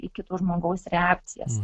į kito žmogaus reakcijas